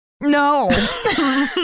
no